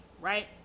right